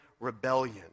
rebellion